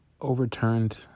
overturned